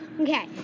Okay